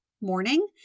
morning